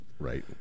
Right